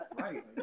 right